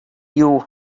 you